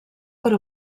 per